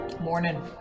Morning